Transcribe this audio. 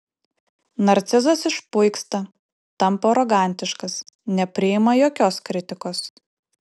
narcizas išpuiksta tampa arogantiškas nepriima jokios kritikos